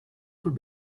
would